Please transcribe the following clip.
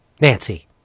Nancy